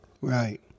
Right